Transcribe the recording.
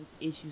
issues